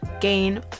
gain